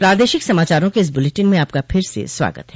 प्रादेशिक समाचारों के इस बुलेटिन में आपका फिर से स्वागत है